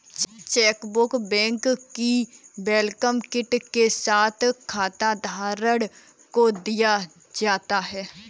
chequebook bank की welcome kit के साथ खाताधारक को दिया जाता है